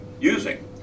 using